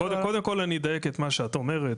קודם כל אני אדייק את מה שאת אומרת,